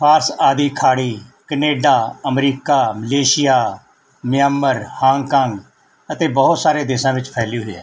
ਫਾਰਸ ਆਦਿ ਖਾੜੀ Canada America Malaysia Myanmar Hong Kong ਅਤੇ ਬਹੁਤ ਸਾਰੇ ਦੇਸ਼ਾਂ ਵਿੱਚ ਫੈਲੀ ਹੋਈ ਹੈ